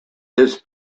his